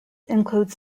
includes